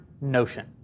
notion